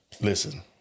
listen